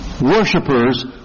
worshippers